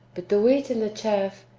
but the wheat and the chaff,